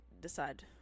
decide